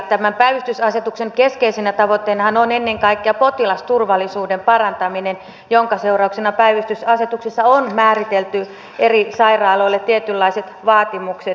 tämän päivystysasetuksen keskeisenä tavoitteenahan on ennen kaikkea potilasturvallisuuden parantaminen jonka seurauksena päivystysasetuksessa on määritelty eri sairaaloille tietynlaiset vaatimukset